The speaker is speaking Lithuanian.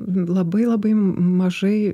labai labai mažai